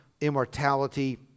immortality